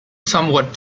somewhat